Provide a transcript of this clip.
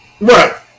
Right